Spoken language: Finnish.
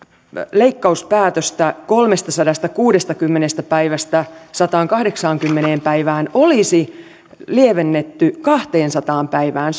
leikkauspäätöstä kolmestasadastakuudestakymmenestä päivästä sataankahdeksaankymmeneen päivään olisi lievennetty kahteensataan päivään